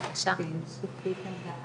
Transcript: אבל יהיו עדיין נשים שיעברו ביופסיות מיותרות,